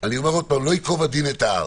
אני אומר עוד פעם: לא ייקוב הדין את ההר.